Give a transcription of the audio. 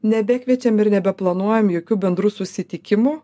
nebekviečiam ir nebeplanuojam jokių bendrų susitikimų